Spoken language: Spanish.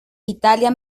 italia